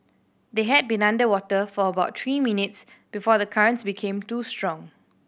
they had been underwater for about three minutes before the currents became too strong